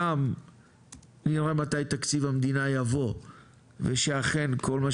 גם נראה מתי תקציב המדינה יבוא ושאכן כל מה